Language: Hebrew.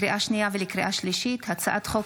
לקריאה שנייה ולקריאה שלישית: הצעת חוק